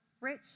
rich